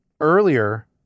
earlier